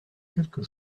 quelque